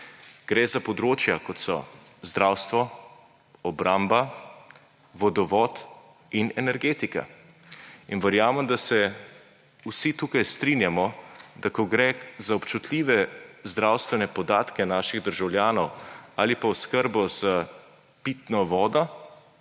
Gre za področja, kot so zdravstvo, obramba, vodovod in energetika, in verjamem, da se vsi tukaj strinjamo, da ko gre za občutljive zdravstvene podatke naših državljanov ali pa oskrbo s pitno vodo,